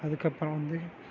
அதுக்கப்றம் வந்து